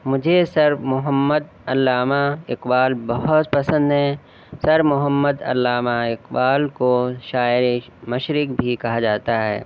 مجھے سر محمد علامہ اقبال بہت پسند ہیں سر محمد علامہ اقبال کو شاعر مشرق بھی کہا جاتا ہے